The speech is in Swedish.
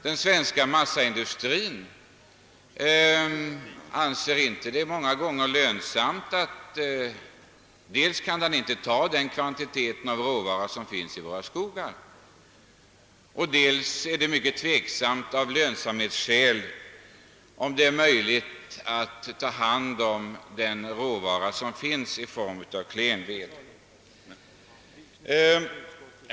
Den svenska massaindustrin kan i dag över huvud inte ta emot den kvantitet av råvara som finns i våra skogar, och dessutom ställer sig det hela av lönsamhetsskäl mycket tveksamt när det gäller råvaran i form av klenvirke.